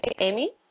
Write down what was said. Amy